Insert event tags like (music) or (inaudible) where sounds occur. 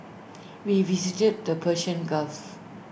(noise) we visited the Persian gulf